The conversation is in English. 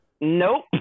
nope